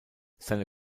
seine